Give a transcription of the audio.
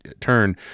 turn